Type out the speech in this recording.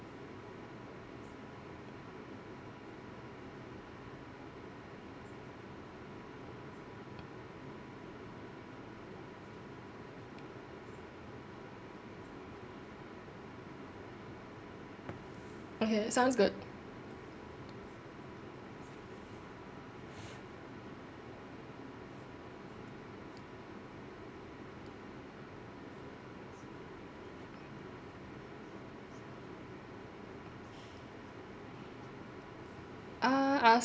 okay sounds good uh I'll